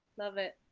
love it.